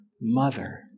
mother